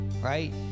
right